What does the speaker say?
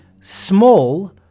small